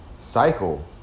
cycle